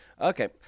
okay